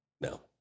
No